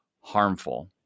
harmful